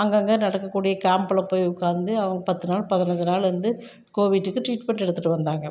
அங்கங்கே நடக்கக்கூடிய கேம்ப்பில் போய் உக்கார்ந்து அவங்க பத்து நாள் பதினஞ்சு நாள் இருந்து கோவிட்டுக்கு ட்ரீட்மெண்ட் எடுத்துட்டு வந்தாங்க